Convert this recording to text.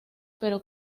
pero